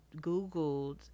googled